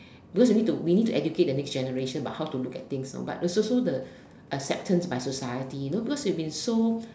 because we need we need to educate the next generation about how to look at things you know but it's also the acceptance by society you know because we've been so